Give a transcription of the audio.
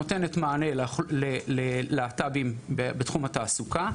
שנותנת מענה ללהט״בים בתחום התעסוקה,